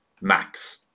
Max